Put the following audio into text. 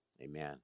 Amen